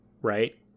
Right